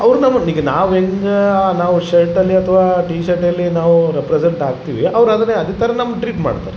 ಅವರು ನಮಗ್ನೀಗ ನಾವು ಹೆಂಗೆ ನಾವು ಶರ್ಟಲ್ಲಿ ಅಥ್ವ ಟಿ ಶರ್ಟಲ್ಲಿ ನಾವು ರೆಪ್ರಸೆಂಟ್ ಆಗ್ತಿವಿ ಅವ್ರು ಅದನ್ನೆ ಅದೇ ಥರ ನಮ್ಮ ಟ್ರೀಟ್ ಮಾಡ್ತಾರೆ